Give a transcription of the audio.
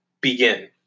begin